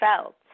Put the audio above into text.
felt